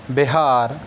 Bihar